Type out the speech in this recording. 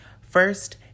First